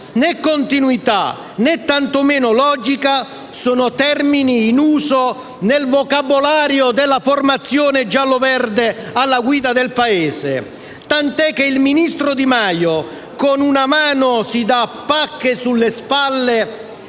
né continuità né tanto meno logica sono termini in uso nel vocabolario della formazione gialloverde alla guida del Paese. Tant'è che il ministro Di Maio con una mano si dà pacche sulle spalle